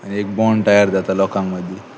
आनी एक बाँड तयार जाता लोकां मदी